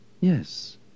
yes